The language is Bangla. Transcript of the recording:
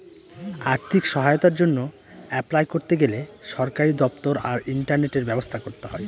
আর্থিক সহায়তার জন্য অ্যাপলাই করতে গেলে সরকারি দপ্তর আর ইন্টারনেটের ব্যবস্থা করতে হয়